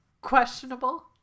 questionable